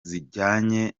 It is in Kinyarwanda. zijyanye